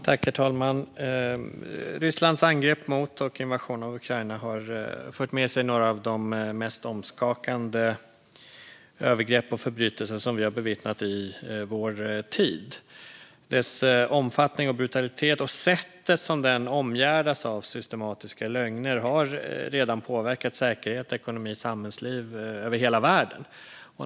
Herr talman! Rysslands angrepp mot och invasion av Ukraina har fört med sig några av de mest omskakande övergrepp och förbrytelser som vi har bevittnat i vår tid. Deras omfattning och brutalitet och sättet de omgärdas av systematiska lögner har redan påverkat säkerhet, ekonomi och samhällsliv över hela världen.